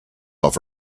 off